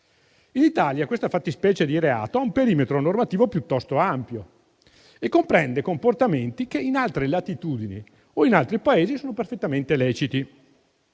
In Italia questa fattispecie di reato ha un perimetro normativo piuttosto ampio e comprende comportamenti che, in altre latitudini o in altri Paesi, sono perfettamente leciti.